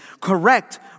correct